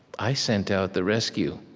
i sent out the rescue.